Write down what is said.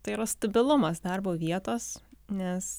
tai yra stabilumas darbo vietos nes